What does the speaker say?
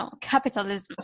capitalism